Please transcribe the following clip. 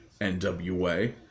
NWA